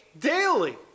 daily